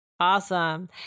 Awesome